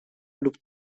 lub